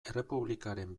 errepublikaren